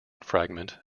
fragment